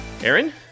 Aaron